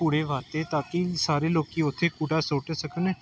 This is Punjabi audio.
ਕੂੜੇ ਵਾਸਤੇ ਤਾਂ ਕਿ ਸਾਰੇ ਲੋਕ ਉੱਥੇ ਕੂੜਾ ਸੁੱਟ ਸਕਣ